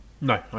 No